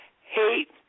hate